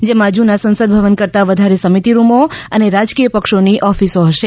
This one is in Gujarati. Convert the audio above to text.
જેમાં જૂના સંસદ ભવન કરતાં વધારે સમિતિ રૂમો અને રાજકીય પક્ષોની ઓફિસો હશે